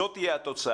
זאת תהיה התוצאה.